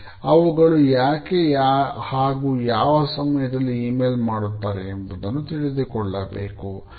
ಅವುಗಳು ಯಾಕೆ ಹಾಗೂ ಯಾವ ಸಮಯದಲ್ಲಿ ಇಮೇಲ್ ಮಾಡುತ್ತಾರೆ ಎಂಬುದನ್ನು ತಿಳಿದುಕೊಳ್ಳಬೇಕು